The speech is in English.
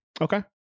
Okay